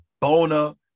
bona